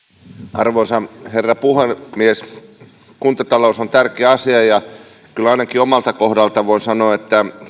arvoisa herra puhemies kuntatalous on tärkeä asia ja kyllä ainakin omalta kohdaltani voin sanoa että